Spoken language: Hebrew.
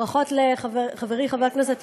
עברה בקריאה ראשונה,